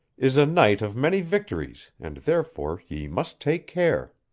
is a knight of many victories, and therefore ye must take care.